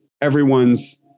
everyone's